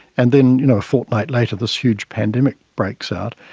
and then you know a fortnight later this huge pandemic breaks out.